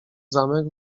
zamek